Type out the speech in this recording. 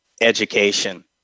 education